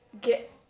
get